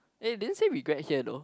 eh didn't say regret here though